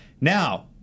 Now